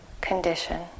condition